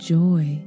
joy